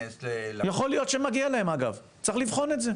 יכול להיות שמגיע להם צריך לבחון את זה,